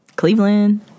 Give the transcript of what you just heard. Cleveland